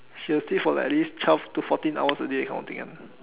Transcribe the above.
she'll sleep for like at least twelve to fourteen hours a day kind of thing one